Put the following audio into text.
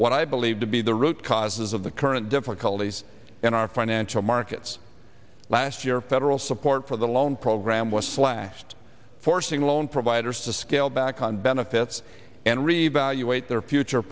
what i believe to be the root causes of the current difficulties in our financial markets last year federal support for the loan program was slashed forcing loan providers to scale back on benefits and revaluate their future